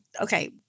okay